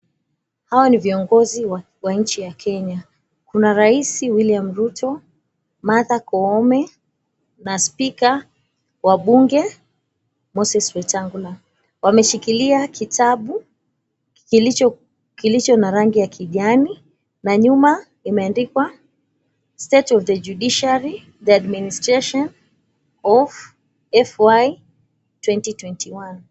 Hawa ni viongozi wa nchi ya Kenya kuna raisi William Ruto, Martha Koome na spika wa bunge Moses Wetangula. Wameshikilia kitabu kilicho na rangi ya kijani na nyuma imeandikwa " state of the judiciary the administration of FY 2021 "